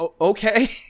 okay